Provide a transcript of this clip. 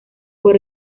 por